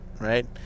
right